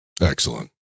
Excellent